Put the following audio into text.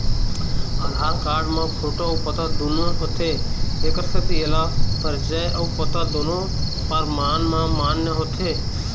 आधार card म photo अउ पता दुनो होथे एखर सेती एला परिचय अउ पता दुनो परमान म मान्य होथे